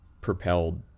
propelled